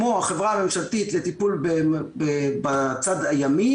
כמו החברה הממשלתית לטיפול בצד הימי